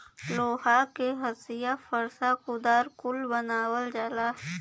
लोहा के हंसिआ फर्सा कुदार कुल बनावल जाला